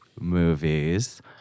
movies